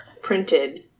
printed